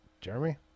Jeremy